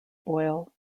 boyle